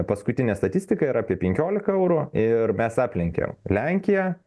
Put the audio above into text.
paskutinė statistika yra apie penkiolika eurų ir mes aplenkėm lenkiją